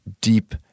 deep